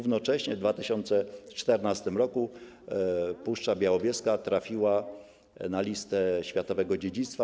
W 2014 r. Puszcza Białowieska trafiła na listę światowego dziedzictwa.